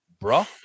bro